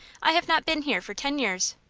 i have not been here for ten years.